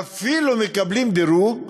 ואפילו מקבלים דירוג,